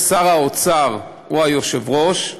כאשר שר האוצר הוא היושב-ראש,